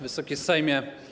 Wysoki Sejmie!